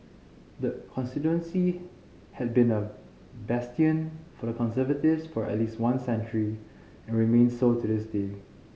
the constituency had been a bastion for the Conservatives for at least one century and remains so to this day